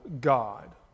God